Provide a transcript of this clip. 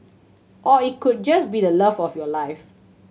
or it could just be the love of your life